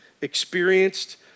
experienced